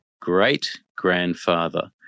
great-grandfather